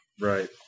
Right